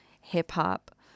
hip-hop